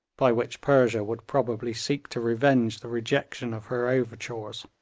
by which persia would probably seek to revenge the rejection of her overtures.